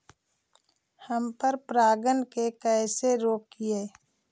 हम पर परागण के कैसे रोकिअई?